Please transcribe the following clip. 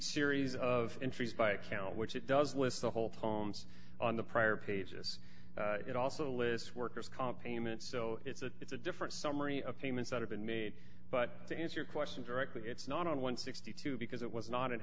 series of entries by account which it does with the whole poems on the prior pages it also lists workers comp payments so it's a it's a different summary of payments that have been made but to answer your question directly it's not on one hundred and sixty two because it was not an